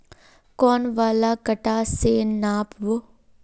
कौन वाला कटा से नाप बो?